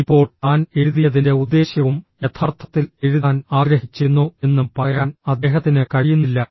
ഇപ്പോൾ താൻ എഴുതിയതിന്റെ ഉദ്ദേശ്യവും യഥാർത്ഥത്തിൽ എഴുതാൻ ആഗ്രഹിച്ചിരുന്നോ എന്നും പറയാൻ അദ്ദേഹത്തിന് കഴിയുന്നില്ല